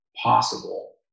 possible